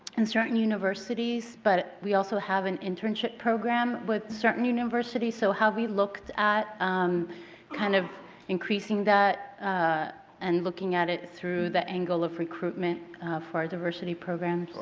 in certain universities. but we also have an internship program at but certain universities. so have we looked at kind of increasing that and looking at it through the angle of recruitment for our diversity program?